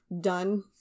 done